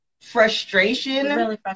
frustration